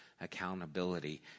accountability